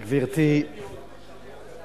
זה שווה לראות.